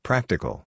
Practical